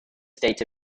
state